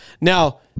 Now